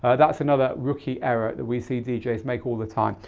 ah that's another rookie error that we see djs make all the time.